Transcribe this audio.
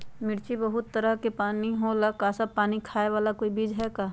मिर्ची बहुत तरह के होला सबसे कम पानी खाए वाला कोई बीज है का?